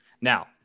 Now